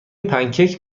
پنکیک